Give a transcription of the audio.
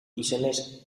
izenez